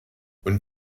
und